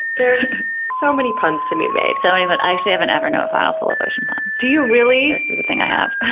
there's so many puns to be made. so and but i actually have an evernote file full of ocean puns. do you really? this is a thing i have.